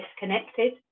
disconnected